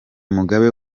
mugabe